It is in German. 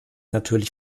natürlich